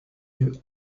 lieues